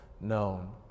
known